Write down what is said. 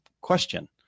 question